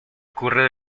ocurre